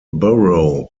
borough